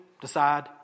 decide